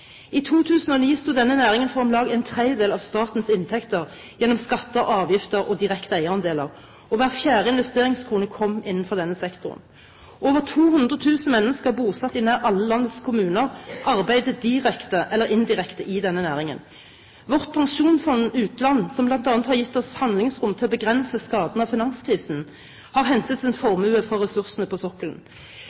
I 2009 sto denne næringen for om lag en tredjedel av statens inntekter gjennom skatter, avgifter og direkte eierandeler, og hver fjerde investeringskrone kom innenfor denne sektoren. Over 200 000 mennesker bosatt i nær alle landets kommuner arbeider direkte eller indirekte i denne næringen. Vårt Statens pensjonsfond utland, som bl.a. har gitt oss handlingsrom til å begrense skadene av finanskrisen, har hentet sin formue fra ressursene på sokkelen.